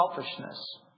selfishness